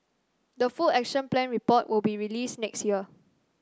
the full Action Plan report will be released next year